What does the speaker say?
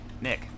nick